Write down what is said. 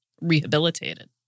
rehabilitated